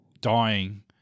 dying